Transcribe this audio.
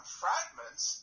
fragments